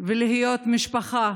ולהיות משפחה